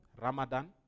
Ramadan